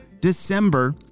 December